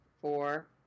four